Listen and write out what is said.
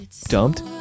dumped